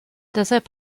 deshalb